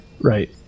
Right